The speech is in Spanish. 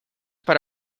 para